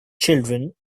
children